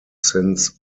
since